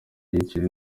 igikeri